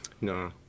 No